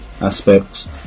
aspects